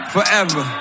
Forever